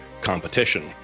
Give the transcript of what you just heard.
competition